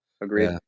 Agreed